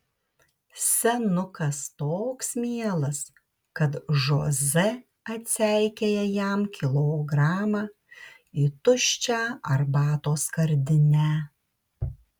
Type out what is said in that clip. senukas toks mielas kad žoze atseikėja jam kilogramą į tuščią arbatos skardinę